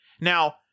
Now